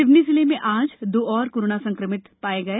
सिवनी जिले में आज दो और कोरोना संक्रमित मरीज पाए गए